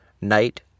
night